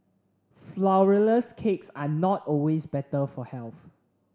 Flourless cakes are not always better for health